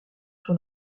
sur